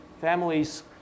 families